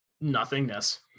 nothingness